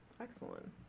Excellent